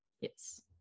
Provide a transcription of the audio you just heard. Yes